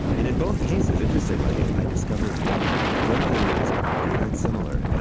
and in both cases, interestingly, i discovered one one thing that was quite similar. yeah